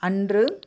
அன்று